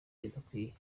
bidakwiye